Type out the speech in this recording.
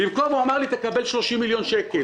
הוא אמר לי: במקום זה תקבל 30 מיליון שקל.